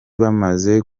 bamaze